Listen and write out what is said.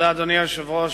אדוני היושב-ראש,